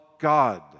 God